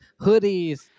hoodies